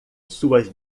suas